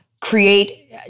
create